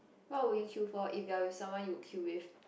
what will you queue for if you are with someone you queue with